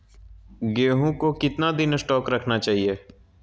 गेंहू को कितना दिन स्टोक रखना चाइए?